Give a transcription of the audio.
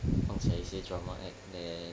放一些 drama act then